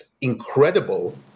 incredible